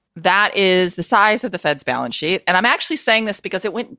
that is the size of the fed's balance sheet. and i'm actually saying this because it went.